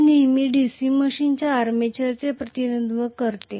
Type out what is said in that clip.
हे नेहमीच DC मशीनच्या आर्मेचरचे प्रतिनिधित्व करते